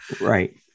Right